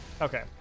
Okay